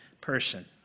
person